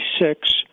six